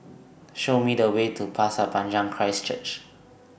Show Me The Way to Pasir Panjang Christ Church